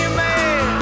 man